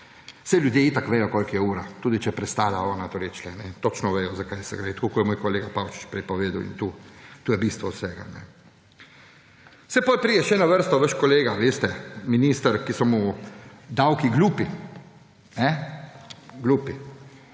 Saj ljudje itak vedo, koliko je ura, tudi če je ona prestala to reč. Točno vedo, za kaj gre, tako kot je moj kolega Pavšič prej povedal, in to je bistvo vsega. Potem pride na vrsto še vaš kolega, veste, minister, ki so mu davki glupi. Glupi.